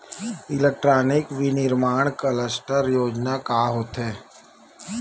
Electronic विनीर्माण cluster योजना का होथे?